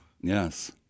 Yes